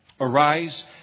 arise